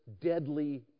Deadly